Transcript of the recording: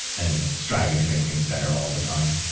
and striving to make things better all the time.